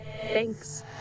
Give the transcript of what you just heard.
Thanks